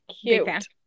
cute